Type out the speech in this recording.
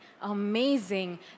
amazing